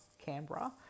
Canberra